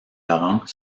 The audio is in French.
laurent